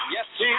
Yes